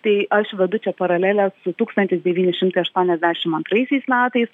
tai aš vedu čia paraleles su tūkstantis devyni šimtai aštuoniasdešim antraisiais metais